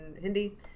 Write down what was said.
Hindi